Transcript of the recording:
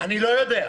אני לא יודע.